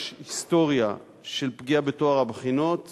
יש היסטוריה של פגיעה בטוהר הבחינות